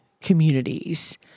communities